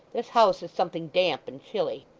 this house is something damp and chilly